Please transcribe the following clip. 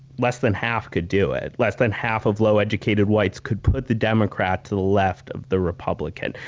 less than half could do it. less than half of low-educated whites could put the democrat to the left of the republican.